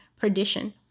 perdition